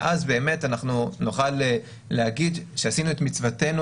ואז באמת נוכל להגיד שעשינו את מצוותנו